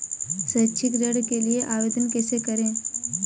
शैक्षिक ऋण के लिए आवेदन कैसे करें?